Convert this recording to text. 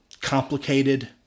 complicated